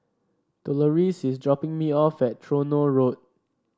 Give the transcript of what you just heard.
Doloris is dropping me off at Tronoh Road